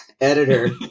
editor